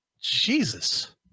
Jesus